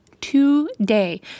today